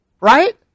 right